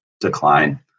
decline